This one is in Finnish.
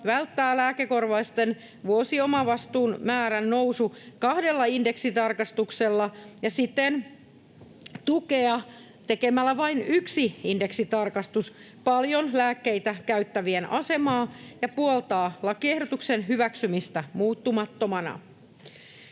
välttää lääkekorvausten vuosiomavastuun määrän nousu kahdella indeksitarkistuksella ja siten tukea tekemällä vain yksi indeksitarkistus paljon lääkkeitä käyttävien asemaa ja puoltaa lakiehdotuksen hyväksymistä muuttamattomana.